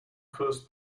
first